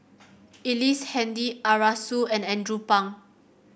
Ellice Handy Arasu and Andrew Phang